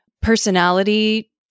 personality